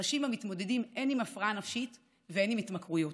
אנשים המתמודדים הן עם הפרעה נפשית והן עם התמכרויות,